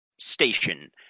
station